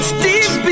Steve